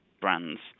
brands